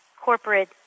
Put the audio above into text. corporate